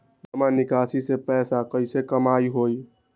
जमा निकासी से पैसा कईसे कमाई होई?